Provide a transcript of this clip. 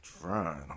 trying